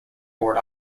board